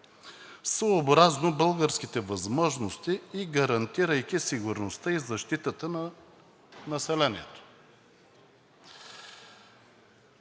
съобразно българските възможности и гарантирайки сигурността и защитата на населението.“